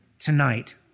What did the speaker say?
tonight